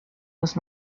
was